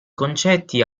concetti